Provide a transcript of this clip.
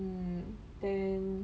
mm then